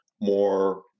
more